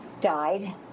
died